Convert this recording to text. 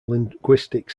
linguistic